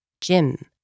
gym